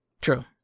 True